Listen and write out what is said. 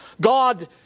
God